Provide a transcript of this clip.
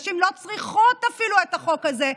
לא צריכות אפילו את החוק הזה,